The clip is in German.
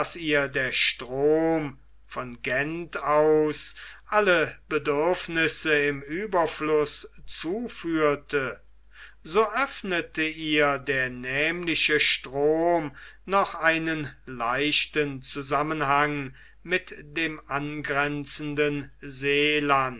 der strom von gent aus alle bedürfnisse im ueberfluß zuführte so öffnete ihr der nämliche strom noch einen leichten zusammenhang mit dem angrenzenden seeland